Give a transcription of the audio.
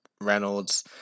Reynolds